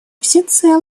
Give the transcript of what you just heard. всецело